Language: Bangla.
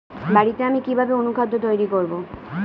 বাড়িতে আমি কিভাবে অনুখাদ্য তৈরি করব?